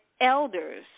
elders